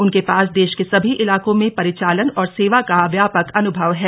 उनके पास देश के सभी इलाकों में परिचालन और सेवा का व्यापक अनुभव है